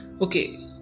okay